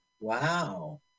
Wow